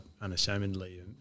unashamedly